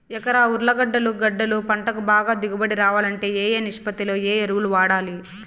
ఎకరా ఉర్లగడ్డలు గడ్డలు పంటకు బాగా దిగుబడి రావాలంటే ఏ ఏ నిష్పత్తిలో ఏ ఎరువులు వాడాలి?